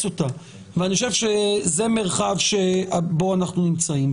אותה אבל אני חושב שזה המרחב שבו אנחנו נמצאים.